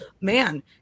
man